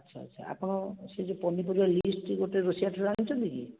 ଆଚ୍ଛା ଆଚ୍ଛା ଆପଣ ସେଇ ଯେଉଁ ପନିପରିବା ଲିଷ୍ଟ ଗୋଟେ ରୋଷେୟାଠାରୁ ଆଣିଛନ୍ତି କି